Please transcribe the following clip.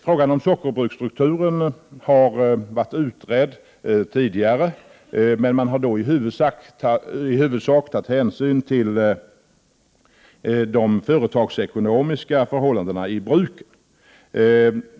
Frågan om sockerbruksstrukturen har tidigare utretts, men man tog då i huvudsak hänsyn till de företagsekonomiska förhållandena i bruken.